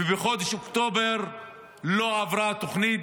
ובחודש אוקטובר לא עברה התוכנית,